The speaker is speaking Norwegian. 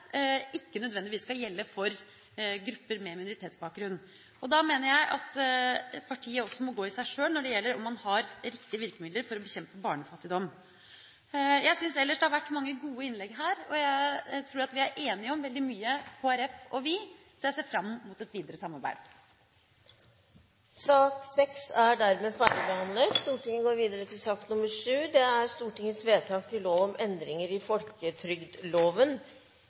ikke nødvendigvis skal gjelde for grupper med minoritetsbakgrunn. Da mener jeg at partiet må gå i seg sjøl for å se om man har riktige virkemidler for å bekjempe barnefattigdom. Jeg synes ellers det har vært mange gode innlegg her, og jeg tror Kristelig Folkeparti og vi er enige om veldig mye. Jeg ser fram mot et videre samarbeid. Sak nr. 6 er dermed ferdigbehandlet. Ingen har bedt om ordet. Ingen har bedt om ordet. Stortinget skal gå til votering over sakene på dagens kart. Det voteres over lovens overskrift og loven i